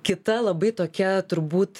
kita labai tokia turbūt